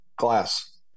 Glass